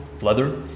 leather